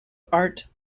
art